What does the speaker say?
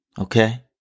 Okay